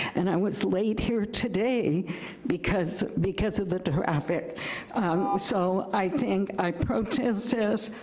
and i was late here today because because of the traffic. ah so, i think, i protest this,